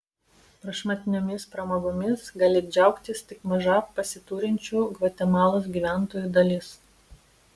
prašmatniomis pramogomis gali džiaugtis tik maža pasiturinčių gvatemalos gyventojų dalis